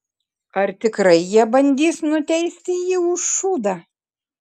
ar tikrai jie bandys nuteisti jį už šūdą